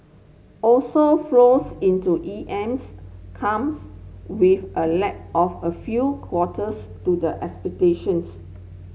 also flows into E Ms comes with a lag of a few quarters to the expectations